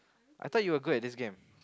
I thought you were good at this game